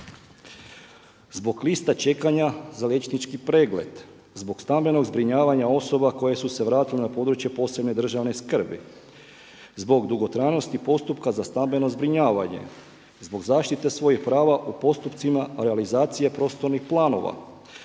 zbog lista čekanja za liječnički pregled, zbog stambenog zbrinjavanja osoba koje su se vratile na područje od posebne državne skrbi, zbog dugotrajnosti postupka za stambeno zbrinjavanje, zbog zaštite svojih prava u postupcima realizacije prostornih planova,